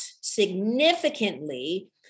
significantly